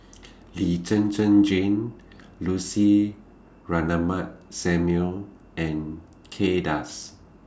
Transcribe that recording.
Lee Zhen Zhen Jane Lucy Ratnammah Samuel and Kay Das